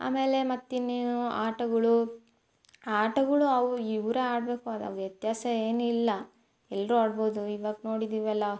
ಆಮೇಲೆ ಮತ್ತು ಇನ್ನೇನು ಆಟಗಳು ಆ ಆಟಗಳು ಅವು ಇವರೇ ಆಡಬೇಕು ಅದು ವ್ಯತ್ಯಾಸ ಏನಿಲ್ಲ ಎಲ್ಲರೂ ಆಡ್ಬೋದು ಇವಾಗ ನೋಡಿದ್ದೀವಲ್ಲ